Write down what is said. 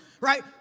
Right